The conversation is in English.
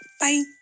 Bye